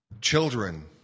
children